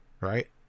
right